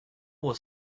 was